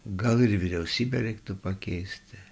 gal ir vyriausybę reiktų pakeisti